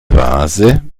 vase